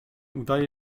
udaje